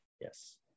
Yes